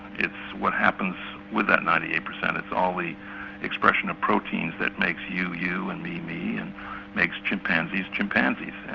it's what happens with that ninety eight percent, it's all the expression of proteins that makes you, you and me, me and makes chimpanzees, chimpanzees